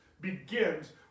begins